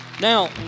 Now